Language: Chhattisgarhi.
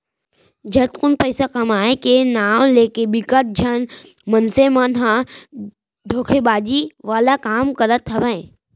झटकुन पइसा कमाए के नांव लेके बिकट झन मनसे मन ह धोखेबाजी वाला काम करत हावय